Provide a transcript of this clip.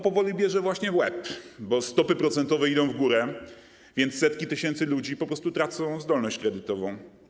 Powoli bierze to w łeb, bo stopy procentowe idą w górę, więc setki tysięcy ludzi po prostu tracą zdolność kredytową.